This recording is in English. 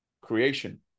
creation